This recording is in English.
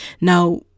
Now